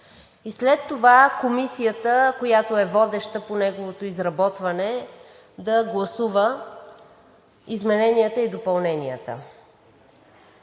след това комисията, която е водеща по неговото изработване, да гласува измененията и допълненията.